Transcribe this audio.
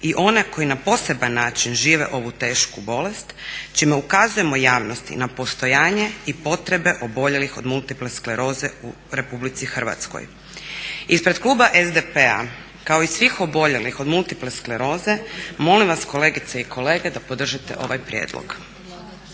i one koji na poseban način žive ovu tešku bolest čime ukazujemo javnosti na postojanje i potrebe oboljelih od multiple skleroze u RH. Ispred kluba SDP-a kao i svih oboljelih od multiple skleroze molim vas kolegice i kolege da podržite ovaj prijedlog.